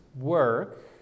work